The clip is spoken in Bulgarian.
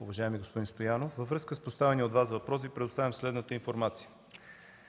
Уважаеми господин Вучков, във връзка с поставения от Вас въпрос Ви предоставям следната информация.